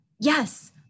yes